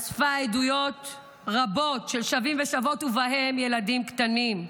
אספה עדויות רבות של שבים ושבות ובהם ילדים קטנים.